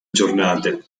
giornate